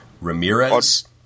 Ramirez